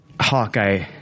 Hawkeye